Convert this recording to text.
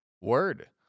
word